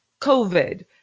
covid